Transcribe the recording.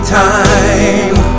time